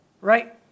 Right